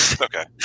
Okay